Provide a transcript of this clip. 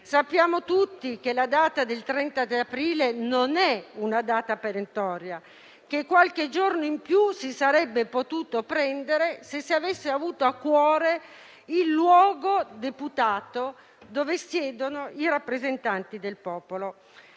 Sappiamo tutti che quella del 30 aprile non è una data perentoria e che qualche giorno in più si sarebbe potuto prendere se si avesse avuto a cuore il luogo deputato dove siedono i rappresentanti del popolo.